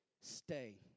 stay